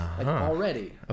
already